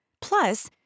Plus